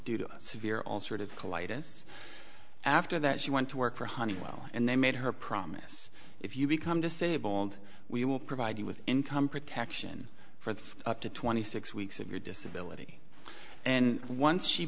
due to severe all sort of collide us after that she went to work for honeywell and they made her promise if you become disabled we will provide you with income protection for up to twenty six weeks of your disability and once she